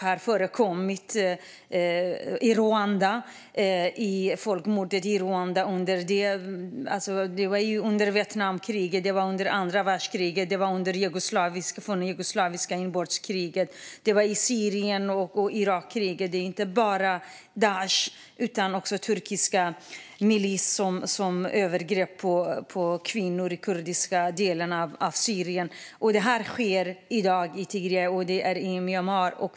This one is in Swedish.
Det förekom under folkmordet i Rwanda, under Vietnamkriget, under andra världskriget, under det jugoslaviska inbördeskriget och under Irakkriget. Det sker i Syrien. Inte bara Daish utan också turkisk milis begår övergrepp mot kvinnor i den kurdiska delen av Syrien. Det sker i dag i Tigray och i Myanmar.